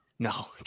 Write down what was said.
No